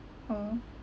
orh